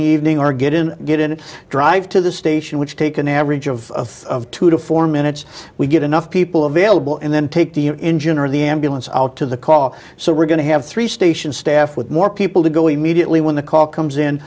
the evening or get in get in and drive to the station which take an average of two to four minutes we get enough people available and then take the engine or the ambulance out to the call so we're going to have three station staff with more people to go immediately when the call comes in